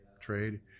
trade